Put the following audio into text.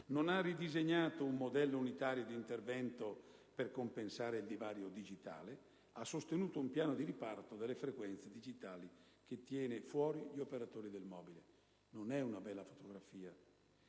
non ha ridisegnato un modello unitario di intervento per compensare il divario digitale; ha sostenuto un piano di riparto delle frequenze digitali che tiene fuori gli operatori del mobile. Non è una bella fotografia!